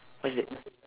what's that